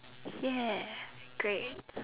ya great